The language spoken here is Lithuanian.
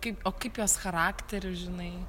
kaip o kaip jos charakterių žinai